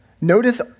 notice